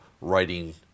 writing